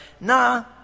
nah